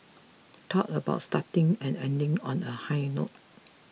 talk about starting and ending on a high note